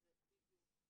בדיוק.